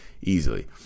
easily